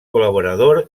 colaborador